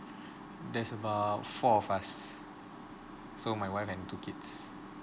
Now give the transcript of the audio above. there's about four of us so my wife and two kids